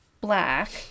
black